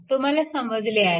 तुम्हाला समजले आहे